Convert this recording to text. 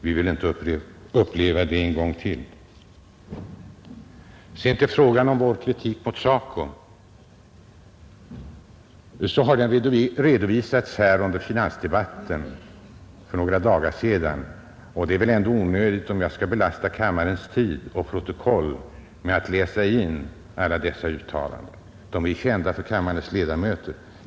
Vi vill inte uppleva det en gång till. Vår kritik mot SACO redovisades under finansdebatten för några dagar sedan, och jag finner det därför onödigt att belasta kammarens tid och protokoll med att läsa in alla de uttalanden som antagits av vpk och som då refererades till. De är kända för kammarens ledamöter.